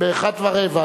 ראשונת ההצעות,